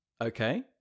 Okay